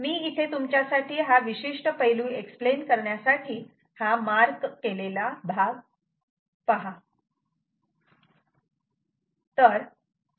मी इथे तुमच्यासाठी हा विशिष्ट पैलू एक्सप्लेन करण्यासाठी हा मार्क केलेला भाग पाहतो